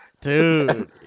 Dude